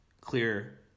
clear